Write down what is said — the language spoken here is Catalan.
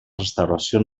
restauració